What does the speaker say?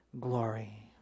glory